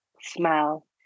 smell